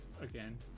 Again